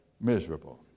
miserable